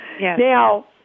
Now